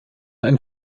einen